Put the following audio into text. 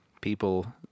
people